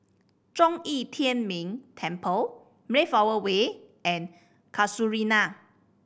Zhong Yi Tian Ming Temple Mayflower Way and Casuarina